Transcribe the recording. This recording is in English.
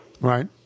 right